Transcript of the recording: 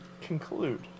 Conclude